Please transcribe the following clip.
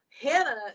Hannah